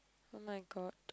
oh-my-god